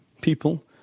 people